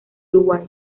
uruguay